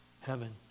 heaven